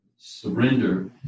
surrender